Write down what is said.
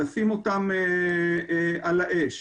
לשים אותם על האש